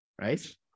Right